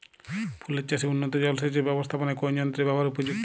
ফুলের চাষে উন্নত জলসেচ এর ব্যাবস্থাপনায় কোন যন্ত্রের ব্যবহার উপযুক্ত?